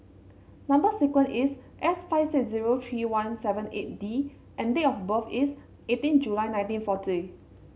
number sequence is S five six zero three one seven eight D and date of birth is eighteen July nineteen forty